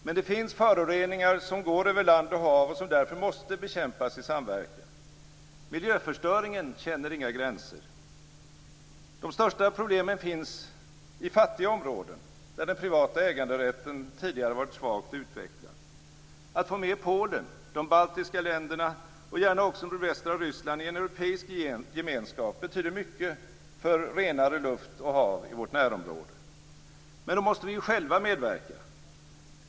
Men det finns föroreningar som går över land och hav och som därför måste bekämpas i samverkan. Miljöförstöringen känner inga gränser. De största problemen finns i fattiga områden, där den privata äganderätten tidigare varit svagt utvecklad. Att få med Polen, de baltiska länderna och gärna också nordvästra Ryssland i en europeisk gemenskap betyder mycket för renare luft och hav i vårt närområde. Men då måste vi själva medverka.